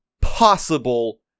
possible